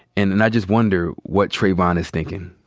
and and i just wonder what trayvon is thinking